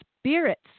spirits